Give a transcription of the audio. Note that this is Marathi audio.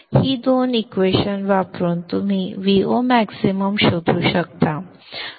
ही दोन समीकरणे वापरून तुम्ही Vomax शोधू शकता